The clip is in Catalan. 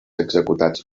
executats